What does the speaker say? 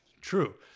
True